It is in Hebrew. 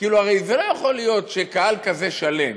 הרי זה לא יכול להיות שקהל כזה שלם